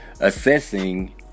Assessing